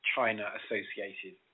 China-associated